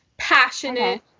passionate